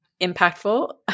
impactful